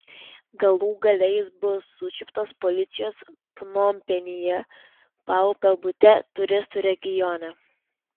galų gale jis buvo sučiuptas policijos pnompenyje paupio bute turistų regione